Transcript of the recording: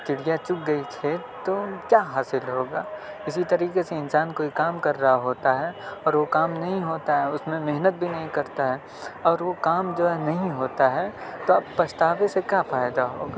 چڑیا چگ گئی کھیت تو کیا حاصل ہوگا اسی طریقے سے انسان کوئی کام کر رہا ہوتا ہے اور وہ کام نہیں ہوتا ہے اس میں محنت بھی نہیں کرتا اور وہ کام جو ہے نہیں ہوتا ہے تب اب پچھتاوے سے کیا فائدہ ہوگا